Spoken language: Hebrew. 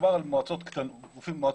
מדובר על מועצות קטנות,